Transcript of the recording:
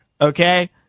Okay